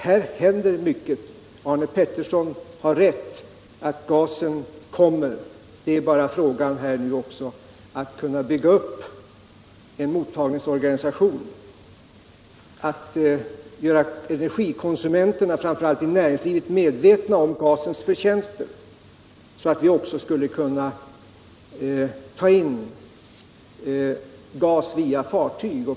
Här händer mycket. Arne Pettersson har rätt i att gasen kommer. Frågan är nu bara hur vi skall bygga upp en mottagningsorganisation och göra energikonsumenterna, framför allt i näringslivet, medvetna om gasens förtjänster och om att vi också skulle kunna ta in gas via fartyg.